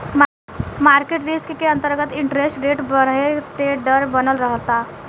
market risk के अंतरगत interest rate बरहे के डर बनल रहता